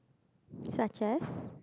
such as